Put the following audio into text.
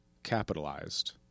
capitalized